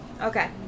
Okay